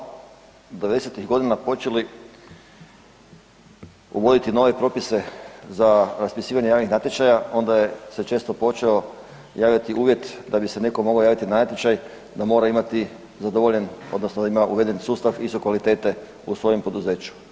Kada smo tamo devedesetih godina počeli uvoditi nove propise za raspisivanje javnih natječaja onda se često počeo javljati uvjeti da bi se neko mogao javiti na natječaj da mora imati zadovoljen odnosno da ima uveden sustav ISO kvalitete u svojem poduzeću.